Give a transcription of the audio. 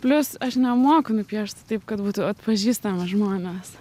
plius aš nemoku nupiešt taip kad būtų atpažįstami žmonės